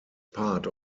part